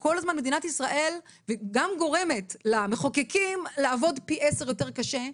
היא גם גורמת למחוקקים לעבוד פי עשרה יותר קשה,